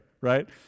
right